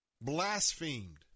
blasphemed